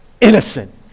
innocent